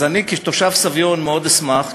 אז אני כתושב סביון מאוד אשמח,